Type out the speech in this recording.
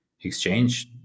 exchange